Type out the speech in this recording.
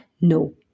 No